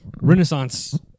renaissance